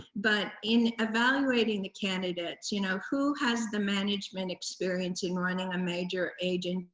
but in evaluating the candidates, you know who has the management experience in running a major agency?